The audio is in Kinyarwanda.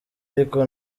ariko